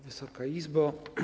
Wysoka Izbo!